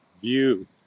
view